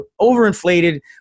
overinflated